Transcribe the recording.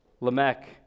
Lamech